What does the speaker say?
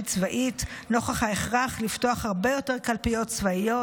צבאית נוכח ההכרח לפתוח הרבה יותר קלפיות צבאיות,